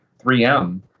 3m